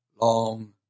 long